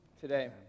today